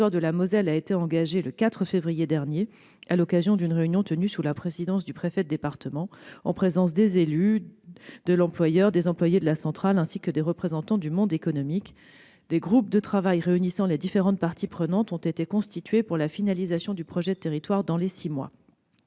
de territoire de la Moselle a été engagé le 4 février dernier à l'occasion d'une réunion tenue sous la présidence du préfet de département, en présence des élus, de l'employeur et des employés de la centrale, ainsi que de représentants du monde économique. Des groupes de travail réunissant les différentes parties prenantes ont été constitués pour une finalisation du projet de territoire dans les six mois.